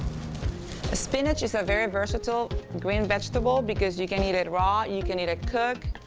ah spinach is a very versatile green vegetable because you can eat it raw, you can eat it cooked,